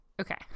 okay